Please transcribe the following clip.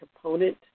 component